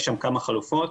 יש שם כמה חלופות.